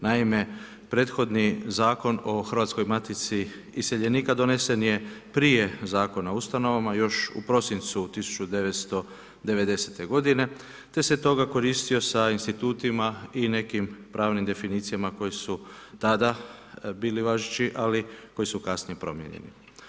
Naime, prethodni Zakon o HRvatskoj matici iseljenika donesen je prije Zakona o ustanovama još u prosincu 1990. godine te se toga koristio sa institutima i nekim pravnim definicijama koje su tada bili važeći, ali koji su kasnije promijenjeni.